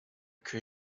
que